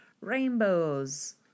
rainbows